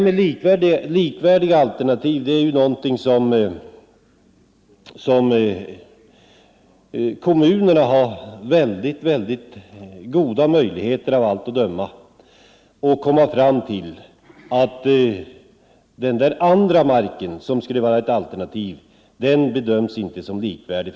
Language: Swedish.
Men kommunerna har av allt att döma mycket goda möjligheter att komma fram till att alternativen på annan mark inte är likvärdiga.